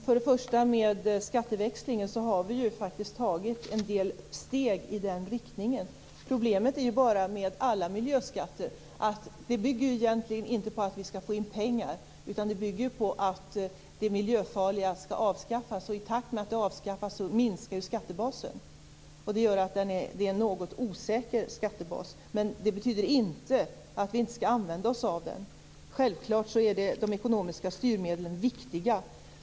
Fru talman! När det gäller skatteväxlingen har vi faktiskt tagit en del steg i den riktningen. Det som är problemet med alla miljöskatter är bara att de inte bygger på att vi skall få in pengar, utan de bygger på att det miljöfarliga skall avskaffas, och i takt med att de avskaffas så minskar ju skattebasen. Det gör att det är en något osäker skattebas. Men det betyder inte att vi inte skall använda oss av den. Självfallet är de ekonomiska styrmedlen viktiga.